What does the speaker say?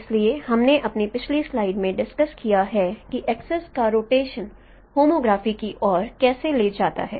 इसलिए हमने अपनी पिछली स्लाइड में डिस्कस किया है कि एक्सिस का रोस्टेशन होमोग्राफी की ओर कैसे ले जाता है